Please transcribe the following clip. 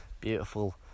beautiful